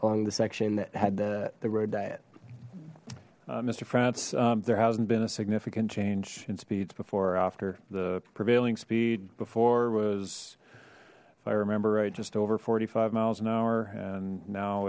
along the section that had the road diet mister frantz there hasn't been a significant change in speeds before or after the prevailing speed before was if i remember right just over forty five miles an hour and now